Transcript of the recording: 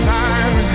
time